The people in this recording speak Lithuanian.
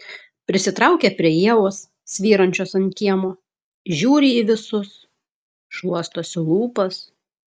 prisitraukia prie ievos svyrančios ant kiemo žiūri į visus šluostosi lūpas